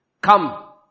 come